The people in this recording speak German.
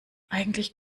eigentlich